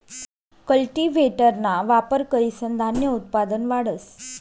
कल्टीव्हेटरना वापर करीसन धान्य उत्पादन वाढस